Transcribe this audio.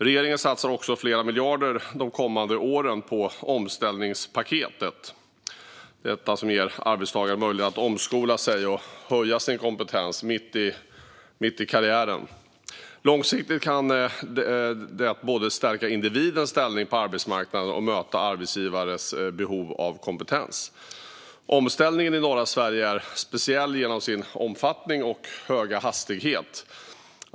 Regeringen satsar också flera miljarder de kommande åren på omställningspaketet, som ger arbetstagare möjlighet att omskola sig och höja sin kompetens mitt i karriären. Långsiktigt kan det både stärka individens ställning på arbetsmarknaden och möta arbetsgivares behov av kompetens. Omställningen i norra Sverige är speciell genom sin omfattning och höga hastighet.